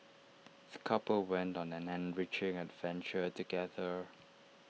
the couple went on an enriching adventure together